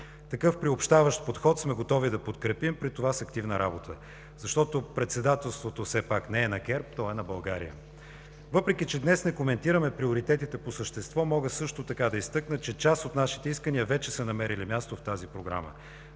Такъв приобщаващ подход сме готови да подкрепим, при това с активна работа, защото председателството все пак не е на ГЕРБ, то е на България. Въпреки че днес не коментираме приоритетите по същество, мога също така да изтъкна, че част от нашите искания вече са намерили място в тази Програма